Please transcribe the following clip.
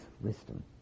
wisdom